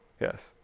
Yes